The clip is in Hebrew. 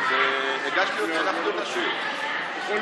בכל